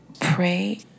pray